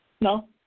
No